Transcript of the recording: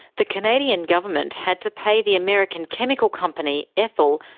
the canadian government had to pay the american chemical company, ethyl,